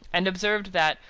and observed that,